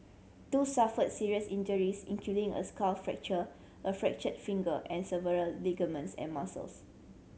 two suffered serious injuries including a skull fracture a fractured finger and severed ligaments and muscles